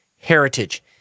heritage